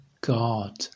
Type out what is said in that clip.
God